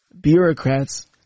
bureaucrats